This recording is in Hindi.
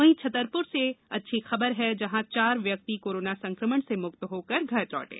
वहीं छतरपुर से अच्छी खबर है जहां चार व्यक्ति कोरोना संकमण से मुक्त होकर घर लौटे